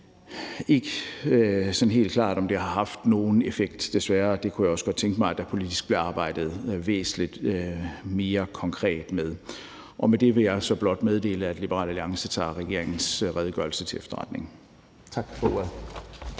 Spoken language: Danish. sådan helt klart, om det har haft nogen effekt, desværre, og det kunne jeg også godt tænke mig at der politisk blev arbejdet væsentlig mere konkret med. Med det vil jeg så blot meddele, at Liberal Alliance tager regeringens redegørelse til efterretning. Tak for ordet.